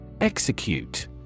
Execute